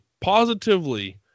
positively